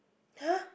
[huh]